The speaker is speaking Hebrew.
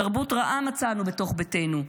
"תרבות רעה מצאנו בתוך בתינו.